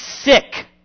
sick